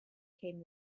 came